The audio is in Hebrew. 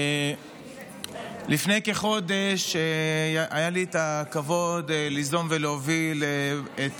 לפני כחודש היה לי הכבוד ליזום ולהוביל את